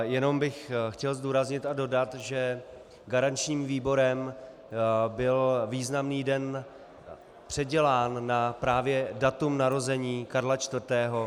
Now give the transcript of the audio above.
Jenom bych chtěl zdůraznit a dodat, že garančním výborem byl významný den předělán právě na datum narození Karla IV.